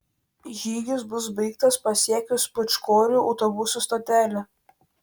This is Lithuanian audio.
žygis bus baigtas pasiekus pūčkorių autobusų stotelę